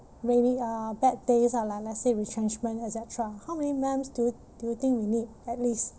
rainy uh bad days lah like let's say like retrenchment et cetera how many months do you do you think we need at least